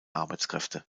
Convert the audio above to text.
arbeitskräfte